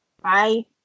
Bye